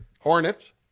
Hornets